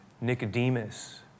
Nicodemus